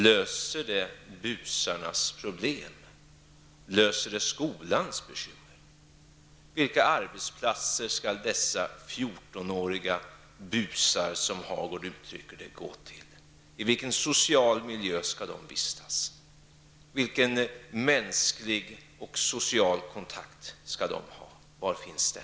Löser detta busarnas problem? Löser det skolans bekymmer? Vilka arbetsplatser skall dessa fjortonåriga busar, som Birger Hagård uttrycker det, gå till? I vilken social miljö skall de vistas? Vilken mänsklig och social kontakt skall de ha, och var finns den?